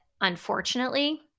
unfortunately